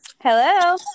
Hello